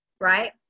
right